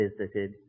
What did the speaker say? visited